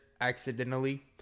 accidentally